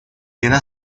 era